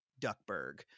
Duckburg